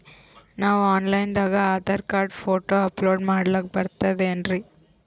ನಾವು online ದಾಗ Aadhaar card, photo upload ಮಾಡ್ಲಕ ಬರ್ತದೇನ್ರಿ?